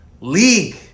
League